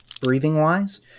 breathing-wise